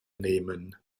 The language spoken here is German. nehmen